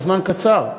בזמן קצר,